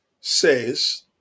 says